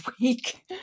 week